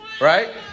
Right